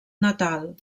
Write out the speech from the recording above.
natal